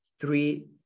three